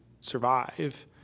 survive